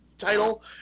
title